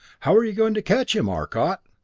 how are you going to catch him, arcot?